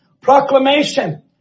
proclamation